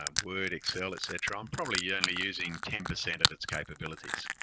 um word, excel, etc, i'm probably yeah only using ten percent of its capabilities.